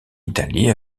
italie